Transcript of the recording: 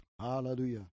Hallelujah